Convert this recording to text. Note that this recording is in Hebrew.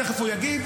תכף הוא יגיב,